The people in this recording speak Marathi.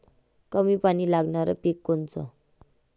कमी पानी लागनारं पिक कोनचं?